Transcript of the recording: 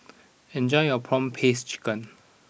enjoy your Prawn Paste Chicken